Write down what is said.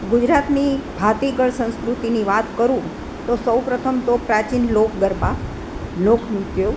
ગુજરાતની ભાતીગળ સંસ્કૃતિની વાત કરું તો સૌ પ્રથમ તો પ્રાચીન લોક ગરબા લોક નૃત્યો